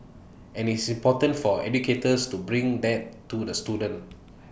and it's important for educators to bring that to the student